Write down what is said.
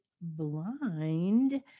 blind